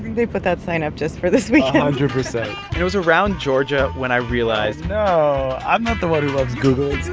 they put that sign up just for this weekend? a hundred percent. and it was around georgia when i realized oh, no. i'm not the one who loves googling